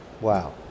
Wow